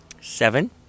Seven